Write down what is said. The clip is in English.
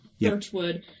Birchwood